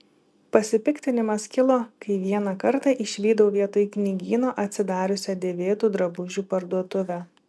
pasipiktinimas kilo kai vieną kartą išvydau vietoj knygyno atsidariusią dėvėtų drabužių parduotuvę